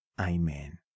Amen